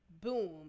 boom